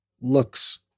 Looks